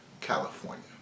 California